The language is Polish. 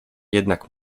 jednak